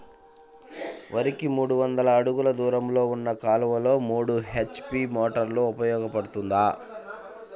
వరికి మూడు వందల అడుగులు దూరంలో ఉన్న కాలువలో మూడు హెచ్.పీ మోటార్ ఉపయోగపడుతుందా?